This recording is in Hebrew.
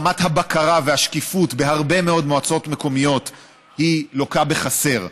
ורמת הבקרה והשקיפות בהרבה מאוד מועצות מקומיות לוקה בחסר.